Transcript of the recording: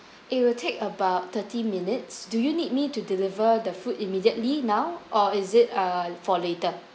it will take about thirty minutes do you need me to deliver the food immediately now or is it uh for later